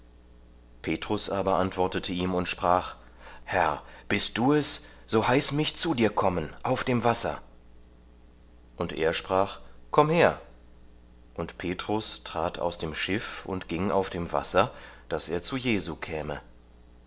petrus aber antwortete ihm und sprach herr bist du es so heiß mich zu dir kommen auf dem wasser und er sprach komm her und petrus trat aus dem schiff und ging auf dem wasser daß er zu jesu käme